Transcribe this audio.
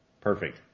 Perfect